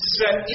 set